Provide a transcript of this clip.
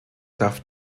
darf